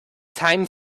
time